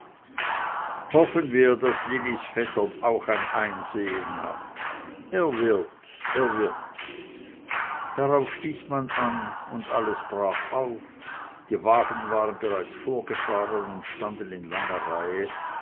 hoffen wir daß lillis vetter auch ein einsehen hat er wird er wird darauf stieß man an und alles brach auf die wagen waren bereits vorgefahren und standen in langer reihe